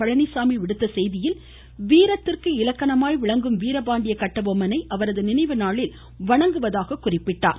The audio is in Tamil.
பழனிசாமி விடுத்த செய்தியில் வீரத்திற்கு இலக்கணமாய் விளங்கும் வீரபாண்டிய கட்டபொம்மனை அவரது நினைவுநாளில் வணங்குவதாக குறிப்பிட்டார்